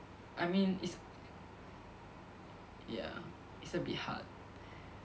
I mean it's ya it's a bit hard